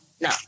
No